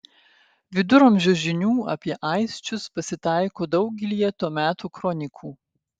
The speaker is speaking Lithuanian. viduramžio žinių apie aisčius pasitaiko daugelyje to meto kronikų